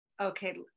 Okay